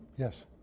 Yes